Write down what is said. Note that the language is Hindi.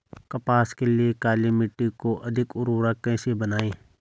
कपास के लिए काली मिट्टी को अधिक उर्वरक कैसे बनायें?